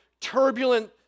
turbulent